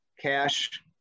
cash